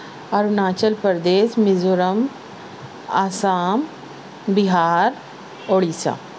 Arunachal Pradesh Mizoram Assam Bihar Orissa